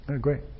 Great